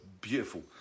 Beautiful